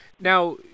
Now